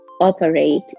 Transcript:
operate